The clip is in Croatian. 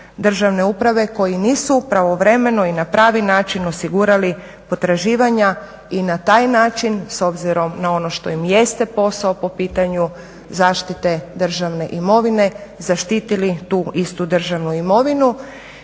koji nisu pravovremeno i na pravi način osigurali potraživanja i na taj način, s obzirom na ono što im jeste posao po pitanju zaštite državne imovine, zaštitili tu istu državnu imovinu.